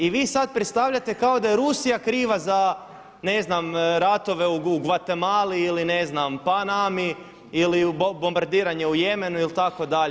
I vi sad predstavljate kao da je Rusija kriva za ne zna ratove u Gvatemali ili ne znam Panami ili bombardiranje u Jemu ili itd.